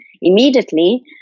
immediately